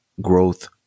growth